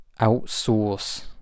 outsource